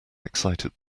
excited